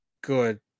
good